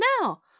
now